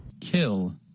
Kill